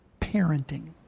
Parenting